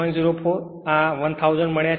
04 આ 1000 મળ્યાં છે